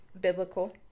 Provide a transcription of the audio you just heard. biblical